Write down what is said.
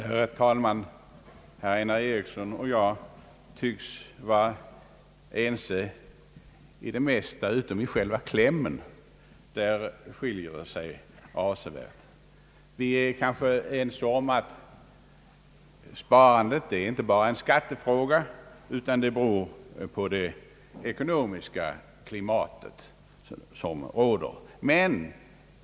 Herr talman! Herr Einar Eriksson och jag tycks vara ense i det mesta, dock inte i själva klämmen — där skiljer det sig avsevärt. Vi är kanske ense om att sparandet inte bara är en skattefråga, utan beror på det ekonomiska klimat som råder.